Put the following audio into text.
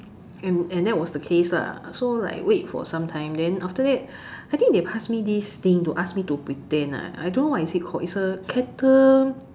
and and that was the case lah so like wait for sometime then after that I think they passed me this thing to ask me to pretend lah I don't know what is it called is a kettle